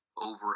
over